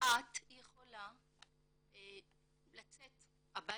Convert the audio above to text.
"את יכולה לצאת הביתה,